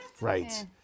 right